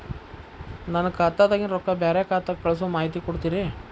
ನನ್ನ ಖಾತಾದಾಗಿನ ರೊಕ್ಕ ಬ್ಯಾರೆ ಖಾತಾಕ್ಕ ಕಳಿಸು ಮಾಹಿತಿ ಕೊಡತೇರಿ?